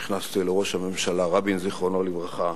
נכנסתי לראש הממשלה רבין, זיכרונו לברכה,